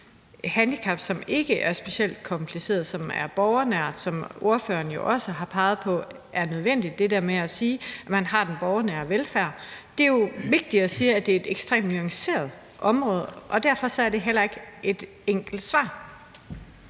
er handicap, som ikke er specielt komplicerede. Det er borgernært. Det har spørgeren også peget på er nødvendigt, altså det der med at sige, at man har den borgernære velfærd. Det er jo vigtigt at sige, at det er et ekstremt nuanceret område, og derfor er der heller ikke noget enkelt svar.